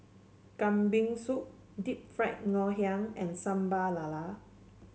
Kambing Soup Deep Fried Ngoh Hiang and Sambal Lala